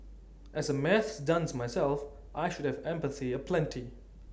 as A maths dunce myself I should have empathy aplenty